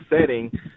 setting